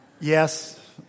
Yes